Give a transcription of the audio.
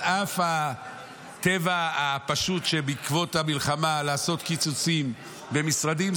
על אף הטבע הפשוט שבעקבות המלחמה לעשות קיצוצים במשרדים,